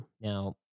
Now